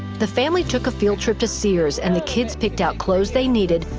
the family took a field trip to sears, and the kids picked out clothes they needed,